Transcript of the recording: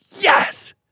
yes